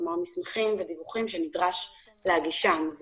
כלומר, מסמכים ודיווחים שנדרש להגישם.